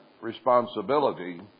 responsibility